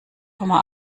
komma